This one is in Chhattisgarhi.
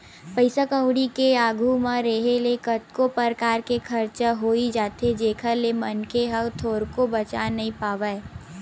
पइसा कउड़ी के आघू म रेहे ले कतको परकार के खरचा होई जाथे जेखर ले मनखे ह थोरको बचा नइ पावय